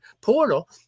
portal